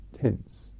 tense